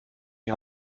die